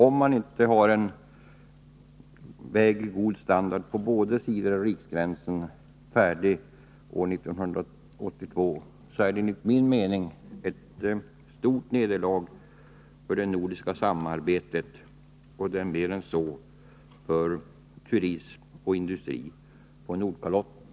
Om det inte finns en väg av god standard färdig på båda sidor av riksgränsen år 1982 är det enligt min mening ett stort nederlag för det nordiska samarbetet. Och det är mer än så — det är ett nederlag för turism och industri på Nordkalotten.